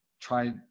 try